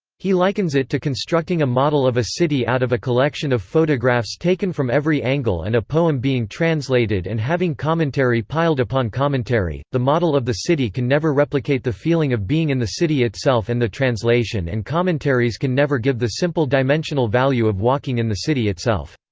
he likens it to constructing a model of a city out of a collection of photographs taken from every angle and a poem being translated and having commentary piled upon commentary the model of the city can never replicate the feeling of being in the city itself and the translation and commentaries can never give the simple dimensional value of walking in the city itself.